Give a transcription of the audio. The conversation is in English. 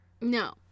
No